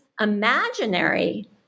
imaginary